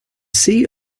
sea